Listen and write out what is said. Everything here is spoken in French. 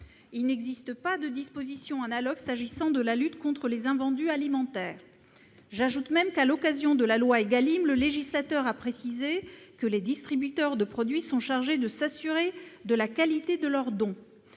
Il n'existe pas de disposition analogue s'agissant de la lutte contre les invendus alimentaires. J'ajoute même que, à l'occasion de la loi Égalim, le législateur a précisé que les distributeurs de produits sont chargés de s'assurer de la qualité de leurs dons.